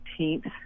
18th